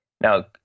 Now